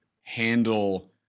handle